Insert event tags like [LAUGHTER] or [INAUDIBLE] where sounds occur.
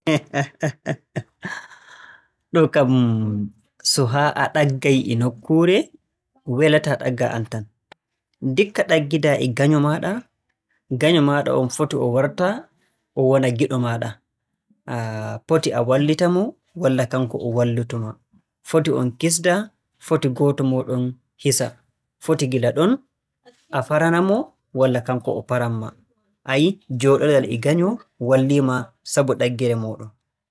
[LAUGHS] ɗo'o kam so haa a ɗaggay e nokkuure walataa ɗaggaa aan tan. Ndikka ɗaggidaa e nganyo maaɗa, nganyo maaɗa on foti o warta giɗo maaɗa. [HESITATION] Foti a wallita-mo walla kanko o wallutu ma. Foti on kisnda walla gooto mooɗon hisa. Foti gila a farana-mo walla kanko o faran ma. A yi'ii jooɗodal e nganyo wallii ma sabu ɗaggere mooɗon. [HESITATION] [UNINTELLIGIBLE] [NOISE]